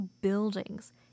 buildings